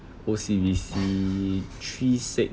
O_C_B_C three six